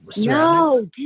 No